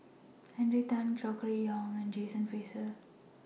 Henry Tan Gregory Yong and John Fraser